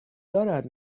دارد